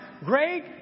great